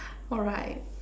alright